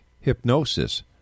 Hypnosis